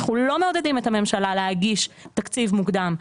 אנחנו לא מעודדים את הממשלה להגיש תקציב מוקדם,